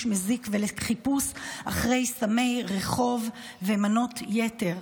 מזיק ולחיפוש אחרי סמי רחוב ומנות יתר.